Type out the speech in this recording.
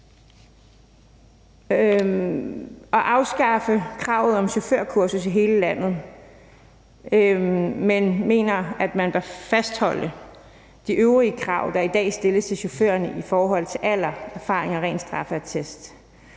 vil afskaffe kravet om chaufførkursus i hele landet, men man mener, at man bør fastholde de øvrige krav, der i dag stilles til chaufførerne i forhold til alder, erfaring og ren straffeattest.